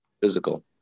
physical